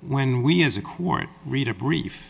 when we as a quarter read a brief